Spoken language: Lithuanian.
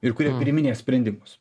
ir kurie priiminės sprendimus